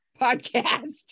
podcast